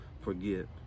forgive